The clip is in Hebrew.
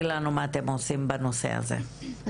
יש לה הרבה פעלים בתחום הזה.